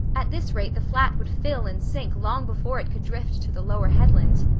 at this rate the flat would fill and sink long before it could drift to the lower headland.